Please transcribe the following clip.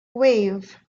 wave